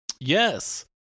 Yes